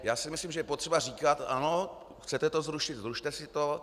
Já si myslím, že je potřeba říkat: Ano, chcete to zrušit, zrušte si to.